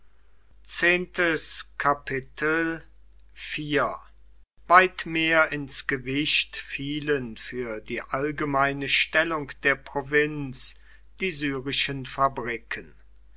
weit mehr ins gewicht fielen für die allgemeine stellung der provinz die syrischen fabriken